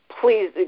please